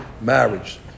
marriage